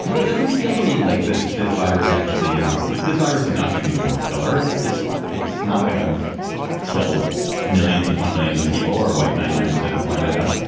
it doesn't feel to me like this. this virus actually is. it's this virus is not going to be the world killer. it's it's it's not going to kill millions upon millions of people are white, ninety nine percent of the planet out.